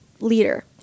leader